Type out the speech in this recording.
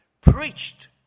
preached